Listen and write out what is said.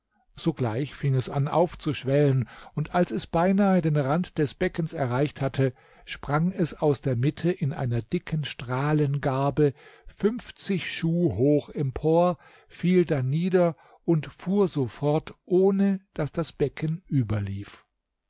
sogleich fing es an aufzuschwellen und als es beinahe den rand des beckens erreicht hatte sprang es aus der mitte in einer dicken strahlengarbe fünfzig schuh hoch empor fiel dann nieder und fuhr so fort ohne daß das becken überlief